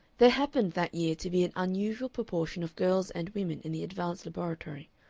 there happened that year to be an unusual proportion of girls and women in the advanced laboratory,